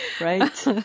right